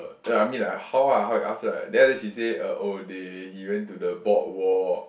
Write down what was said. no I mean like how ah how you ask her right then after that she say uh oh they he went to the boardwalk